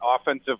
offensive